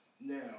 Now